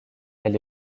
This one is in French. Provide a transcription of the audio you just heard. elle